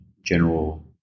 general